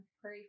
pray